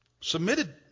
submitted